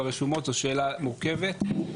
אני רוצה רגע לעשות סדר, ברשותך, מבחינה מקצועית,